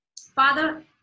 Father